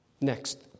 Next